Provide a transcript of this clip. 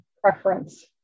preference